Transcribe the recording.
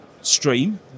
stream